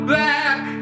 back